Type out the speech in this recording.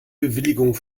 bewilligung